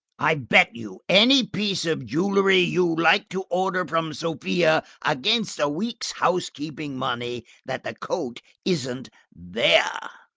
i bet you any piece of jewellery you like to order from sofia against a week's housekeeping money, that the coat isn't there.